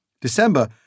December